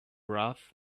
rough